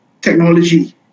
technology